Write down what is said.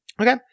Okay